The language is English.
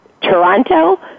Toronto